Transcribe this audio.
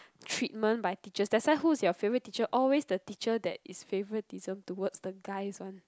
treatment by teachers that's why who is your favorite teacher always the teacher that is favoritism towards the guys one